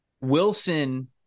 Wilson